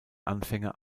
anfänger